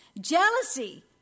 jealousy